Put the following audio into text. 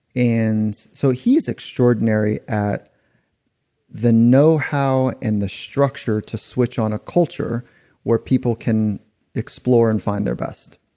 and, so he's extraordinary at the know how and the structure to switch on a culture where people can explore and find their best.